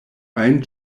ajn